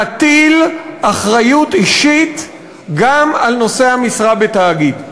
להטיל אחריות אישית גם על נושא המשרה בתאגיד.